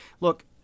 look